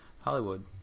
Hollywood